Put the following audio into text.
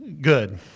Good